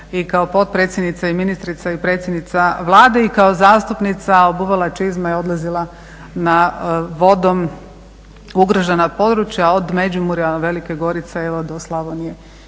i kao potpredsjednica i ministrica i predsjednica Vlade i kao zastupnica obuvala čizme i odlazila na vodom ugrožena područja od Međimurja, Velike Gorice evo do Slavonije